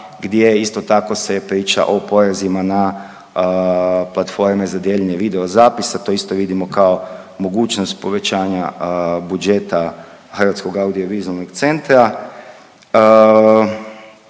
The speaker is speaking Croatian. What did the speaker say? gdje isto tako se priča o porezima na platforme za dijeljenje videozapisa, to isto vidimo kao mogućnost povećanja budžeta HAVC-a. Evo na